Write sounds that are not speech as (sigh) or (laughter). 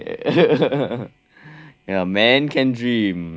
(laughs) oh yeah man can dream